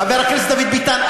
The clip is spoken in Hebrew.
חבר הכנסת דוד ביטן,